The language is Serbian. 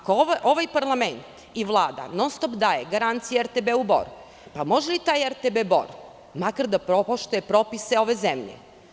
Ako ovaj parlament i Vlada non stop daju garancije RTB Bor-u, može li taj RTB Bor makar da poštuje propise ove zemlje.